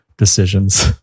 Decisions